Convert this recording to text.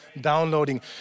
downloading